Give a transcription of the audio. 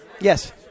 Yes